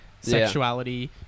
sexuality